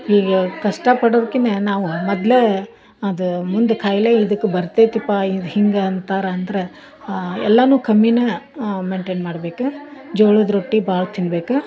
ಹೀಗೆ ಕಷ್ಟ ಪಡೋಕ್ಕಿಂತ ನಾವು ಮೊದಲೇ ಅದು ಮುಂದೆ ಕಾಯಿಲೆ ಇದಕ್ಕೆ ಬರ್ತೈತಪ್ಪ ಇದು ಹಿಂಗೆ ಅಂತಾರಂದ್ರೆ ಎಲ್ಲಾನು ಕಮ್ಮಿನ ಮೈಂಟೈನ್ ಮಾಡಬೇಕು ಜೋಳದ ರೊಟ್ಟಿ ಭಾಳ ತಿನ್ಬೇಕು